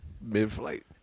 Mid-flight